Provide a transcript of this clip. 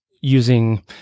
using